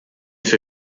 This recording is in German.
für